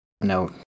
No